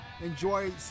enjoy